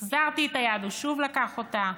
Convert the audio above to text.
החזרתי את היד והוא שוב לקח אותה,